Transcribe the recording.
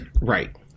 Right